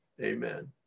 Amen